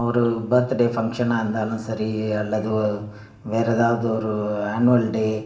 ஒரு பர்த்துடே ஃபங்க்ஷன்னா இருந்தாலும் சரி அல்லது வேறு எதாவது ஒரு ஆன்வல் டே